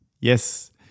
yes